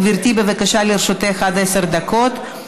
גברתי, בבקשה, לרשותך עד עשר דקות.